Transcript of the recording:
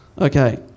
Okay